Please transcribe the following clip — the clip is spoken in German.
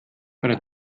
einer